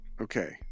Okay